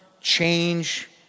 change